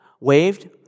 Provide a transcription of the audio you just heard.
waved